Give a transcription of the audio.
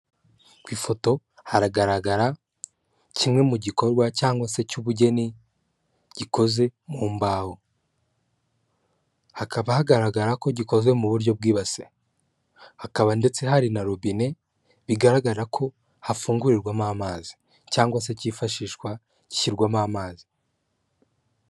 Ku ifoto haragaragara kimwe mu gikorwa cyangwa se cy'ubugeni gikoze mu mbaho hakaba hagaragara ko gikoze muburyo bwibasi hakaba ndetse hari na robine bigaragara ko hafungurirwamo amazi cyangwa se kifashishwa gishyirwamo amazi.